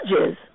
judges